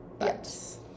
Yes